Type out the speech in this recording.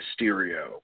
Mysterio